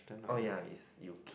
oh ya if you keep